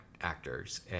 actors